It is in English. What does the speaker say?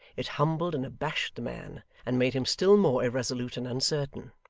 it humbled and abashed the man, and made him still more irresolute and uncertain.